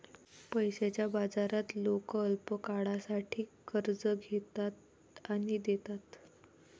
पैशाच्या बाजारात लोक अल्पकाळासाठी कर्ज घेतात आणि देतात